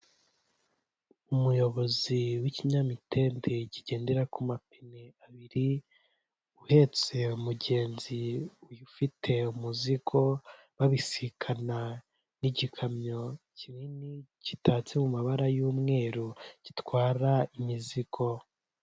Umuyobozi w'ikinyamitende kigendera ku mapine abiri, uhetse umugenzi ufite umuzigo babisikana n'igikamyo kinini kitatse mu mabara y'umweru gitwara imizigo.